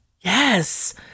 Yes